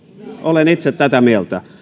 olen itse tätä mieltä